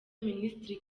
minisitiri